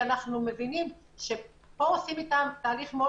כי אנחנו מבינים שאנחנו עושים אתם פה תהליך מאוד